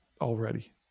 already